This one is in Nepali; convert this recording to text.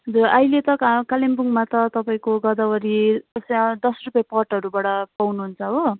हजुर अहिले त कालिम्पोङमा त तपाईँको गोदावरी यता दस रुपियाँ पटहरूबाट पाउनु हुन्छ हो